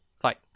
Fight